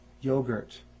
yogurt